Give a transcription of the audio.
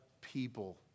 people